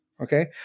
Okay